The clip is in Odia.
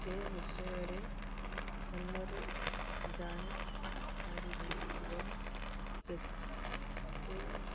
ସେ ବିଷୟରେ ଭଲରେ ଜାଣିପାରିବୁ ଏବଂ କେତେ